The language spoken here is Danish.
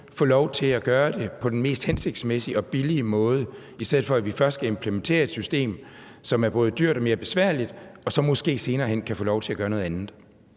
få lov til at gøre det på den mest hensigtsmæssige og billige måde, i stedet for at vi først skal implementere et system, som er både dyrt og mere besværligt, og så måske senere hen kan få lov til at gøre noget andet?